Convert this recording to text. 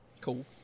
Cool